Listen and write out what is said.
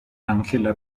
ángela